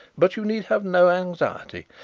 but you need have no anxiety.